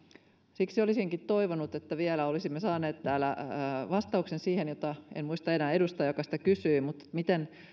siksi olisinkin toivonut että vielä olisimme saaneet täällä vastauksen siihen en muista enää edustajaa joka sitä kysyi miten